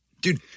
Dude